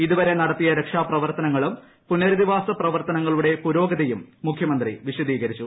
ഇതുവരെ നടത്തിയ രക്ഷാപ്രവർത്തനങ്ങളും പുനരധിവാസ പ്രവർത്തനങ്ങളുടെ പുരോഗതിയും മുഖ്യമന്ത്രി വിശദീകരിച്ചു